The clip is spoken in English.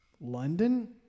London